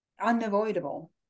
unavoidable